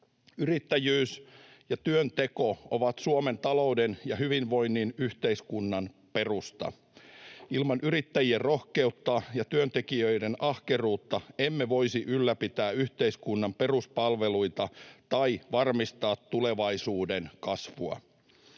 Yrittäjyys ja työnteko ovat Suomen talouden ja hyvinvoinnin yhteiskunnan perusta. Ilman yrittäjien rohkeutta ja työntekijöiden ahkeruutta emme voisi ylläpitää yhteiskunnan peruspalveluita tai varmistaa tulevaisuuden kasvua.